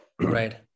Right